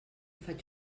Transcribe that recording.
faig